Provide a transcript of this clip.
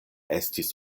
estis